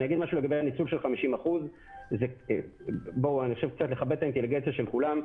אגיד משהו לגבי הניצול של 50%. צריך לכבד את האינטליגנציה של כולם.